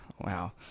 Wow